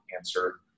answer